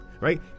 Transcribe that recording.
right